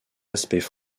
aspects